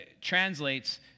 translates